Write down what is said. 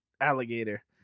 alligator